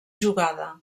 jugada